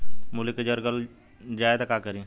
मूली के जर गल जाए त का करी?